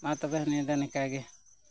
ᱢᱟᱛᱚᱵᱮ ᱱᱤᱭᱟᱹ ᱫᱚ ᱱᱤᱝᱠᱟᱹ ᱜᱮ